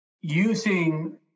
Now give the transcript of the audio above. using